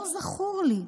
לא זכור לי.